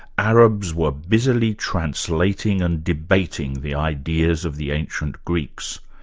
arabs were busily translating and debating the ideas of the ancient greeks.